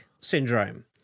syndrome